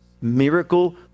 miracle